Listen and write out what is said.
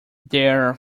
there